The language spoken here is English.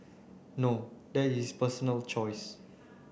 no that is personal choice